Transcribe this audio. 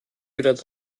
wieder